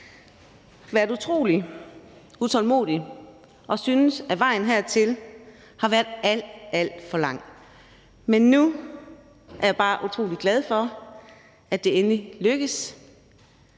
været utrolig utålmodig og har syntes, at vejen hertil har været alt, alt for lang. Men nu er jeg bare utrolig glad for, at det endelig lykkes.